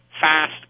fast